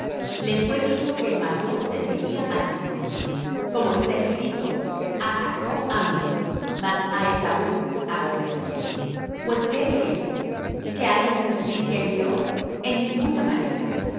le fué dicho que el mayor serviría al menor como está escrito a jacob amé mas á esaú aborrecí pues qué diremos que hay injusticia en dios en ninguna manera